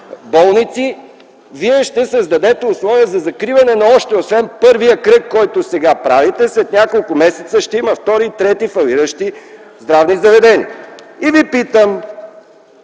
болници вие ще създадете условия за закриване на още, освен първия кръг, който сега правите. След няколко месеца ще има втори, трети кръг фалиращи здравни заведения. И Ви питам: